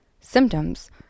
symptoms